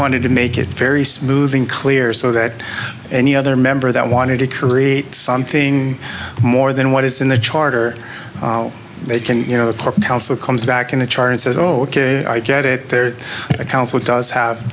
wanted to make it very smoothing clear so that any other member that wanted to create something more than what is in the charter they can you know how so comes back in the charter and says oh ok i get it there's a council does have